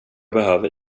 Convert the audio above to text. behöver